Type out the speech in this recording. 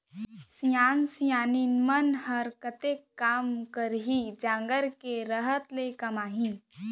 सियान सियनहिन मन ह कतेक कमा सकही, जांगर के रहत ले कमाही